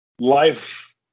Life